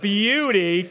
beauty